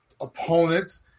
opponents